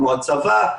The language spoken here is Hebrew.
כמו הצבא,